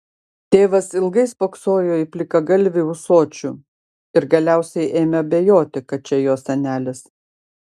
tėvas ilgai spoksojo į plikagalvį ūsočių ir galiausiai ėmė abejoti kad čia jo senelis